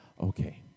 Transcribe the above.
okay